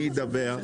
מי ידווח?